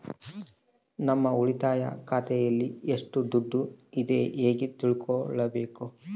ನಮ್ಮ ಉಳಿತಾಯ ಖಾತೆಯಲ್ಲಿ ಎಷ್ಟು ದುಡ್ಡು ಇದೆ ಹೇಗೆ ತಿಳಿದುಕೊಳ್ಳಬೇಕು?